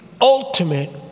ultimate